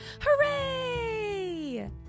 Hooray